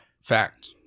fact